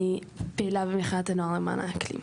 אני פעילה במחאת הנוער למען האקלים.